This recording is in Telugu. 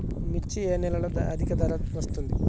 మిర్చి ఏ నెలలో అధిక ధర వస్తుంది?